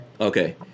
Okay